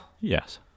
Yes